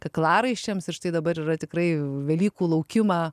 kaklaraiščiams ir štai dabar yra tikrai velykų laukimą